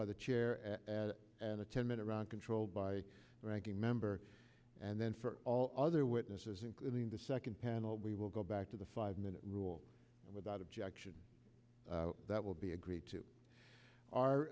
by the chair and a ten minute round controlled by ranking member and then for all other witnesses including the second panel we will go back to the five minute rule without objection that will be agreed to our